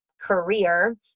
career